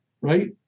right